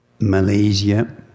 Malaysia